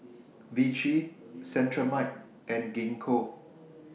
Vichy Cetrimide and Gingko